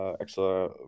extra